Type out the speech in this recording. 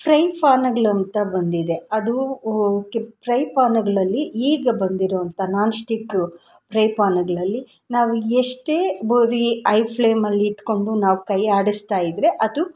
fry ಫಾನಗ್ಳು ಅಂತ ಬಂದಿದೆ ಅದೂ ಓಕೆ ಪ್ರೈ ಪಾನುಗಳಲ್ಲಿ ಈಗ ಬಂದಿರುವಂಥ ನಾನ್ಸ್ಟಿಕ್ಕು ಪ್ರೈ ಪಾನುಗ್ಳಲ್ಲಿ ನಾವು ಎಷ್ಟೇ ಬರೀ ಐ ಫ್ಲೇಮಲ್ಲಿ ಇಟ್ಕೊಂಡು ನಾವು ಕೈ ಆಡಿಸ್ತ ಇದ್ದರೆ ಅದು